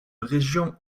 région